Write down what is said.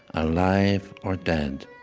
alive or dead,